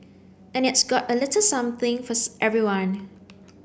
and it's got a little something for everyone